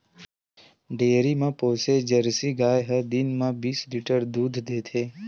dairy म पोसे Jersey गाय ह दिन म बीस लीटर तक दूद देथे